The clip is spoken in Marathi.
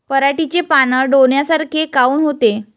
पराटीचे पानं डोन्यासारखे काऊन होते?